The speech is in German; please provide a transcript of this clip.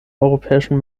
europäischen